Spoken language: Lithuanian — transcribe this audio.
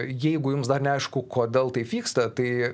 jeigu jums dar neaišku kodėl taip vyksta tai